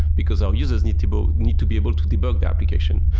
because our users need to but need to be able to debug the application.